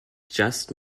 just